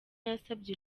yasabye